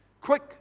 Quick